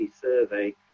survey